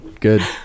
good